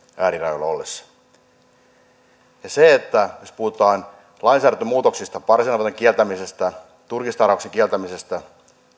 äärirajoilla ollessamme jos puhutaan lainsäädäntömuutoksista parsinavetan kieltämisestä turkistarhauksen kieltämisestä